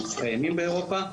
שמתקיימים באירופה,